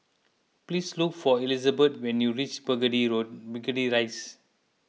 please look for Elisabeth when you reach Burgundy Burhundy Rise